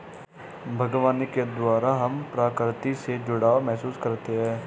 बागवानी के द्वारा हम प्रकृति से जुड़ाव महसूस करते हैं